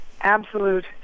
absolute